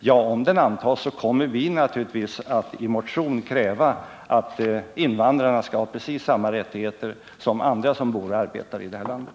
Om det blir aktuellt kommer vi naturligtvis att i motion kräva att invandrarna skall ha precis samma rättigheter som andra som bor och arbetar i det här landet.